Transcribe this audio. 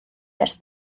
ers